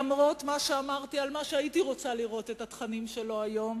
למרות מה שאמרתי על מה שהייתי רוצה לראות את התכנים שלו היום,